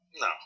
no